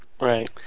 Right